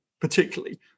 particularly